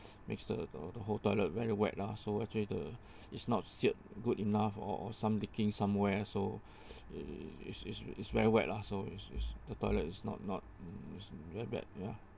makes the the whole toilet very wet lah so actually the is not sealed good enough or or some leaking somewhere so it's it's it's very wet lah so is the toilet is not not very bad ya